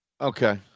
Okay